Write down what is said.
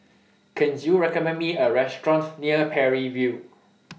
Can YOU recommend Me A Restaurant near Parry View